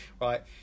right